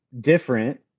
different